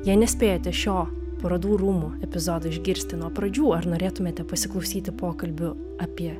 jei nespėjate šio parodų rūmų epizodo išgirsti nuo pradžių ar norėtumėte pasiklausyti pokalbių apie